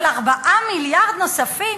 אבל 4 מיליארד נוספים,